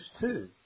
two